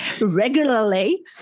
regularly